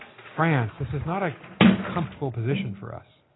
france, this is not a comfortable position for us.